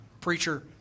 preacher